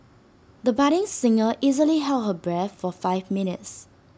the budding singer easily held her breath for five minutes